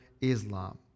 Islam